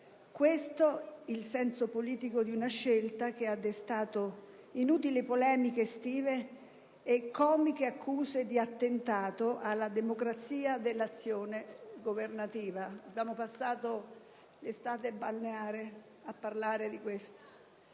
Questo è il senso politico di una scelta che ha destato inutili polemiche estive e comiche accuse di attentato alla democrazia da parte del Governo. Abbiamo trascorso l'estate balneare a parlarne.